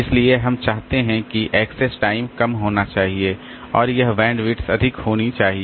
इसलिए हम चाहते हैं किएक्सेस टाइम कम होना चाहिए और यह बैंडविड्थ अधिक होनी चाहिए